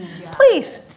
Please